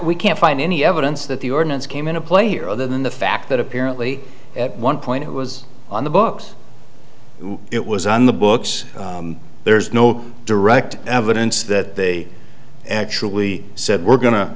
we can't find any evidence that the ordinance came into play here other than the fact that apparently at one point it was on the books it was on the books there's no direct evidence that they actually said we're go